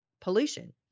pollution